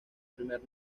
primer